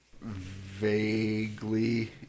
vaguely